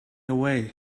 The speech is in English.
away